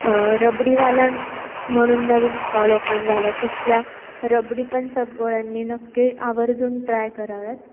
रबडीवालन म्हणून नवीन stall open झाला आहे तिथल्या रबडी पण सगळ्यांनी नक्की आवर्जून ट्राय कराव्यात